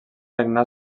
regnar